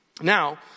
Now